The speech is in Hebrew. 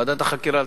ועדת החקירה.